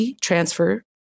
transfer